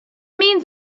means